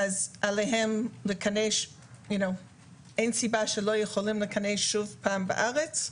עליהם אין סיבה שלא יכנסו לארץ,